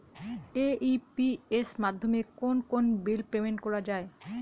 AEPS মাধ্যমে কোন কোন বিল পেমেন্ট করা যায়?